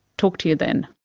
talk to you then.